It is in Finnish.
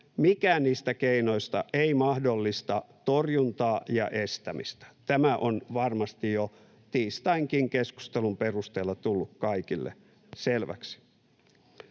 Mikään niistä keinoista ei mahdollista torjuntaa ja estämistä. Tämä on varmasti jo tiistainkin keskustelun perusteella tullut kaikille selväksi.